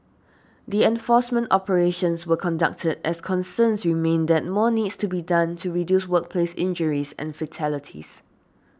the enforcement operations were conducted as concerns remain that more needs to be done to reduce workplace injuries and fatalities